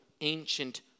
ancient